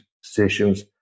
stations